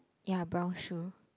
ya brown shoe